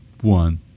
one